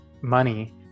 money